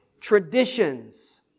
traditions